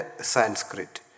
Sanskrit